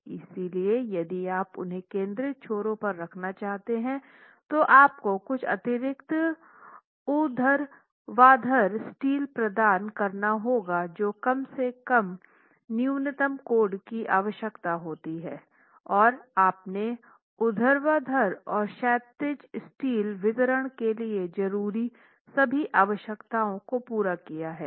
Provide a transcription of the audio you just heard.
इसलिए यदि आप उन्हें केंद्रित छोरों पर रखना चाहते हैं तो आपको कुछ अतिरिक्त ऊर्ध्वाधर स्टील प्रदान करना होगा जो काम से कम न्यूनतम कोड की आवश्यकता होती है और आपने ऊर्ध्वाधर और क्षैतिज स्टील वितरण के लिए ज़रूरी सभी आवश्यकताओं को पूरा किया है